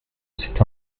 c’est